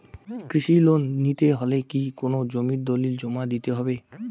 কৃষি লোন নিতে হলে কি কোনো জমির দলিল জমা দিতে হবে?